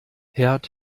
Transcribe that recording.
herd